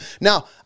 Now